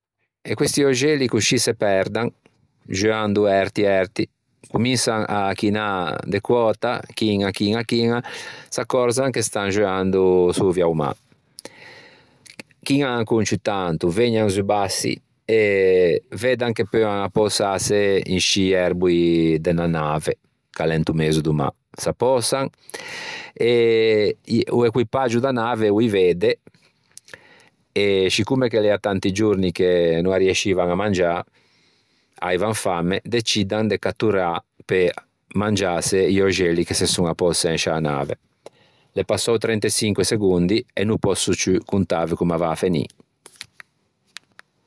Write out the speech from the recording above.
E questi öxelli coscì se perdan, xeuando erti erti, cominsan à chinâ de quöta, chiña, chiña, chiña, s'accòrzan che stan xeuando sovia a-o mâ. Chiñan ancon ciù tanto, vëgnan zu bassi e veddan che peuan appösâse in scî erboi de unna nave ch'a l'é into mezo do mâ. S'appösan e i o equipaggio da nave o î vedde e scicomme che l'ea tanti giorni che no arriescivan à mangiâ, aivan famme, deciddan de catturâ pe mangiâse i öxelli che son appösæ in sciâ nave. L'é passou trenteçicue segondi e no pòsso ciù contâve comme a va à finî.